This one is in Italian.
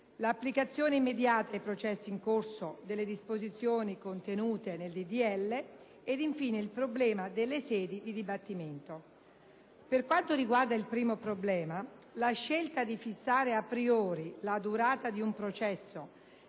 l'applicazione immediata ai processi in corso delle disposizioni contenute nel disegno di legge e, infine, il problema delle sedi di dibattimento. Per quanto riguarda il primo problema, la scelta di fissare a priori la durata di un processo,